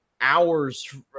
Hours